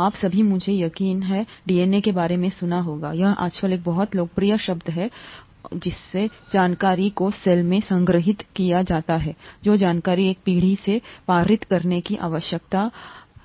आप सभी मुझे यकीन है डीएनए के बारे में सुना होगा यह आजकल एक बहुत लोकप्रिय शब्द है और यही है जिस से जानकारी को सेल में संग्रहीत किया जाता है जो जानकारी एक पीढ़ी से पारित करने की आवश्यकता